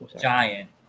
giant